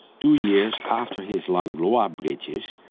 two years after his langlois bridges,